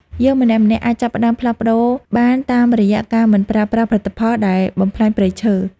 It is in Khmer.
យើងម្នាក់ៗអាចចាប់ផ្តើមផ្លាស់ប្តូរបានតាមរយៈការមិនប្រើប្រាស់ផលិតផលដែលបំផ្លាញព្រៃឈើ។